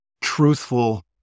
truthful